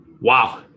wow